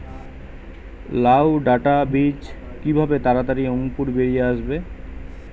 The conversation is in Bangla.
লাউ ডাটা বীজ কিভাবে তাড়াতাড়ি অঙ্কুর বেরিয়ে আসবে?